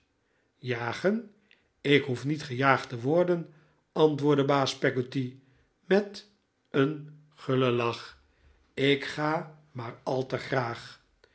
jagen ik hoef niet gejaagd te worden antwoordde baas peggotty met een gullen lach ik ga maar al te graag